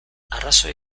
arrazoi